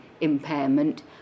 impairment